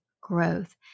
growth